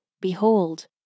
behold